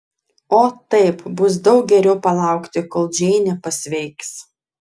o taip bus daug geriau palaukti kol džeinė pasveiks